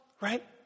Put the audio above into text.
Right